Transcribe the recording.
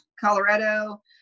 Colorado